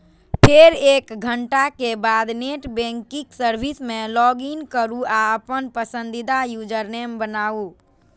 फेर एक घंटाक बाद नेट बैंकिंग सर्विस मे लॉगइन करू आ अपन पसंदीदा यूजरनेम बनाउ